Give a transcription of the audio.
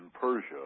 Persia